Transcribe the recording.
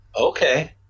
Okay